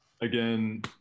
Again